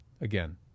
again